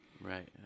Right